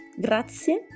Grazie